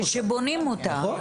כשבונים אותה.